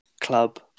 club